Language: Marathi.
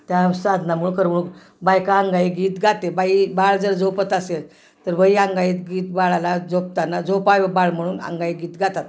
त्या साधनामुळे करमणुक बायका अंगाई गीत गाते बाई बाळ जर झोपत असेल तर बाई अंगाई गीत बाळाला झोपताना झोपाव बाळ म्हणून अंगाई गीत गातात